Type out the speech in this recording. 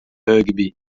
rugby